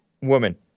woman